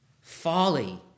Folly